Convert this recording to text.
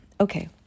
Okay